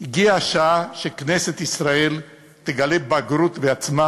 הגיעה השעה שכנסת ישראל תגלה בגרות בעצמה